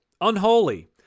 unholy